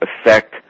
affect